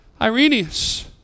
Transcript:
Irenaeus